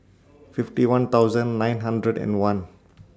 fifty one thousand nine hundred and one